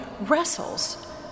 wrestles